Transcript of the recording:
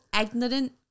ignorant